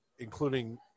including